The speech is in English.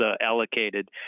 allocated